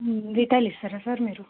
retail ఇస్తారా sir మీరు